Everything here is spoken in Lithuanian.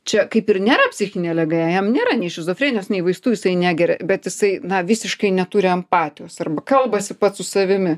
čia kaip ir nėra psichinė liga jam nėra nei šizofrenijos nei vaistų jisai negeria bet jisai na visiškai neturi empatijos arba kalbasi pats su savimi